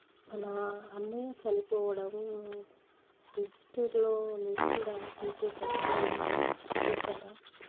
మనా అన్నయ్య చనిపోవడం లిస్టులో లేకుండా తీసేసారా లేదా చూశారా